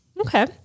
Okay